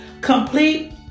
Complete